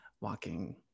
walking